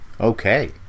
Okay